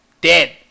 Dead